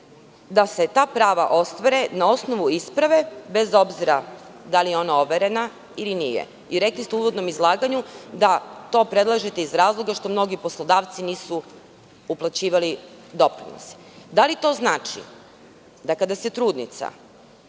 da se ta prava ostvare na osnovu isprave, bez obzira da li je ona overena ili nije. Rekli ste u uvodnom izlaganju da to predlažete iz razloga što mnogi poslodavci nisu uplaćivali doprinose. Da li to znači, da kada se trudnica,